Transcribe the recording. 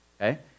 Okay